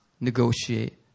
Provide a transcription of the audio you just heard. negotiate